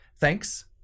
Thanks